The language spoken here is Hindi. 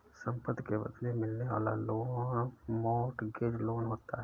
संपत्ति के बदले मिलने वाला लोन मोर्टगेज लोन होता है